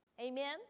Amen